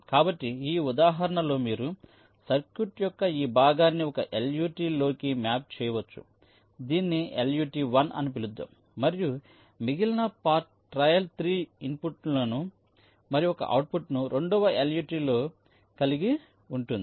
కాబట్టి ఈ ఉదాహరణలో మీరు సర్క్యూట్ యొక్క ఈ భాగాన్ని ఒక LUT లోకి మ్యాప్ చేయవచ్చు దీనిని LUT 1 అని పిలుద్దాం మరియు మిగిలిన పార్ట్ ట్రయల్ 3 ఇన్పుట్లను మరియు ఒక అవుట్పుట్ను రెండవ LUT లో కలిగి ఉంటుంది